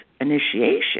initiation